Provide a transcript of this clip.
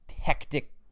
hectic